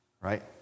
right